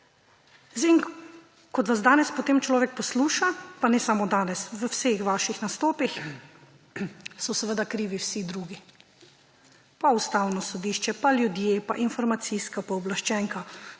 Ko vas danes potem človek posluša, pa ne samo danes, v vseh vaših nastopih, so seveda krivi vsi drugi – Ustavno sodišče, ljudje, informacijska pooblaščenka,